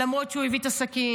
למרות שהוא הביא את הסכין